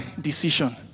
decision